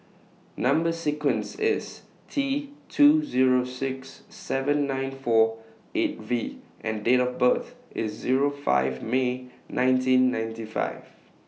Number sequence IS T two Zero six seven nine four eight V and Date of birth IS Zero five May nineteen ninety five